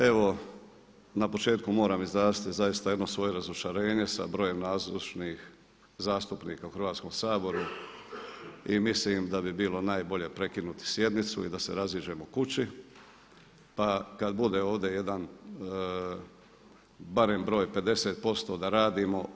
Evo na početku moram izraziti zaista jedno svoje razočarenje sa brojem nazočnih zastupnika u Hrvatskom saboru i mislim da bi bilo najbolje prekinuti sjednicu i da se raziđemo kući, pa kad bude ovdje jedan barem broj 50% da radimo.